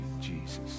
Jesus